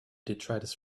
detritus